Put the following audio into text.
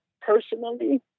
personally